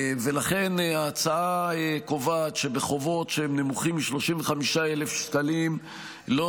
ולכן ההצעה קובעת שבחובות שנמוכים מ-35,000 שקלים לא